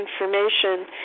information